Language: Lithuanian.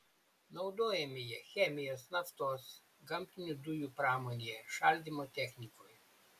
naudojami jie chemijos naftos gamtinių dujų pramonėje šaldymo technikoje